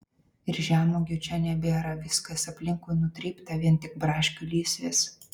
ir žemuogių čia nebėra viskas aplinkui nutrypta vien tik braškių lysvės